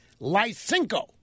Lysenko